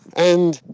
and